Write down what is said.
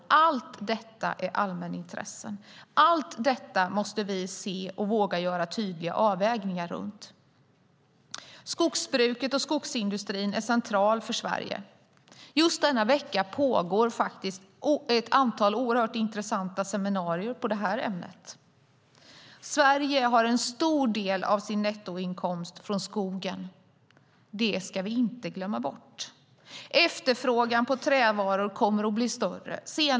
Allt detta är allmänintressen. Allt detta måste vi se och våga göra tydliga avvägningar mellan. Skogsbruket och skogsindustrin är centrala för Sverige. Just denna vecka pågår faktiskt ett antal mycket intressanta seminarier på det här ämnet. Sverige har en stor del av sin nettoinkomst från skogen. Det ska vi inte glömma bort. Efterfrågan på trävaror kommer att bli större.